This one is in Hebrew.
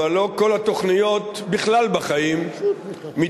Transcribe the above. אבל לא כל התוכניות, בכלל בחיים, מתממשות,